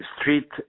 street